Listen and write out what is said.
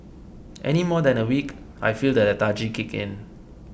any more than a week I feel the lethargy kick in